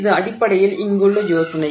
இது அடிப்படையில் இங்குள்ள யோசனை